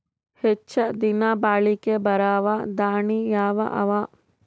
ಹೆಚ್ಚ ದಿನಾ ಬಾಳಿಕೆ ಬರಾವ ದಾಣಿಯಾವ ಅವಾ?